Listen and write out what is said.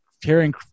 hearing